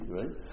right